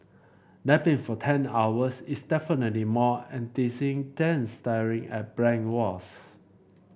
napping for ten hours is definitely more enticing than staring at blank walls